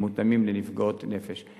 המותאמים לנפגעות נפש.